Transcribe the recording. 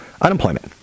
Unemployment